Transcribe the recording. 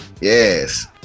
Yes